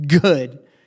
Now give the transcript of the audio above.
good